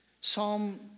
Psalm